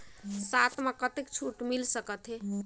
साथ म कतेक छूट मिल सकथे?